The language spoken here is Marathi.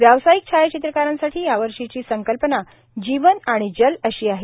व्यावसायिक छायाचित्रकारांसाठी यावर्षीची संकल्पना जीवन आणि जल अशी आहे